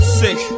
sick